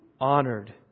honored